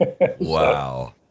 Wow